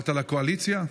עברת לקואליציה?